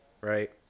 right